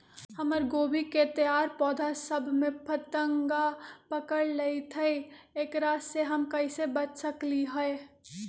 हमर गोभी के तैयार पौधा सब में फतंगा पकड़ लेई थई एकरा से हम कईसे बच सकली है?